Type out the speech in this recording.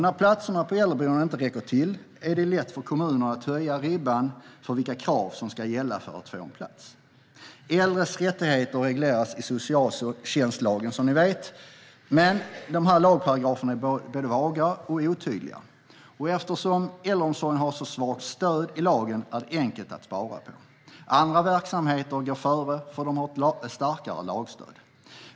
När platserna på äldreboende inte räcker till är det lätt för kommunerna att höja ribban för vilka krav som ska gälla för att få en plats. Äldres rättigheter regleras som ni vet i socialtjänstlagen. Men lagparagraferna är både vaga och otydliga. Eftersom äldreomsorgen har så svagt stöd i lagen är det enkelt att spara på den. Andra verksamheter går före för att de har ett starkare lagstöd.